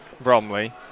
Bromley